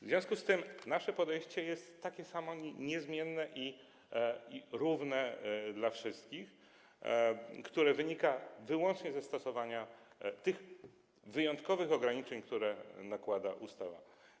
W związku z tym nasze podejście jest takie samo, niezmienne i równe dla wszystkich, a wynika ono wyłącznie ze stosowania tych wyjątkowych ograniczeń, które nakłada ustawa.